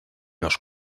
los